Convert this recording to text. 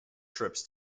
trips